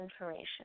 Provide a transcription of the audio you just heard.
information